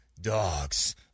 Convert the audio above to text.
Dogs